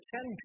Ten